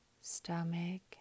Stomach